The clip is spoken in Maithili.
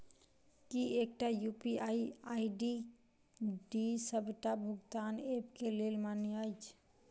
की एकटा यु.पी.आई आई.डी डी सबटा भुगतान ऐप केँ लेल मान्य अछि?